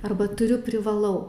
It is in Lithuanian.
arba turiu privalau